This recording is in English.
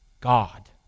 God